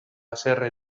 haserre